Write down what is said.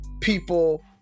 people